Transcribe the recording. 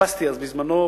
הדפסתי בזמנו